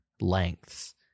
Lengths